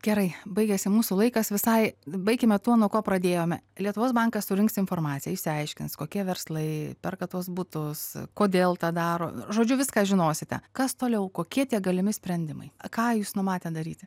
gerai baigiasi mūsų laikas visai baikime tuo nuo ko pradėjome lietuvos bankas surinks informaciją išsiaiškins kokie verslai perka tuos butus kodėl tą daro žodžiu viską žinosite kas toliau kokie tie galimi sprendimai ką jūs numatę daryti